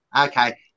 Okay